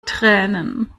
tränen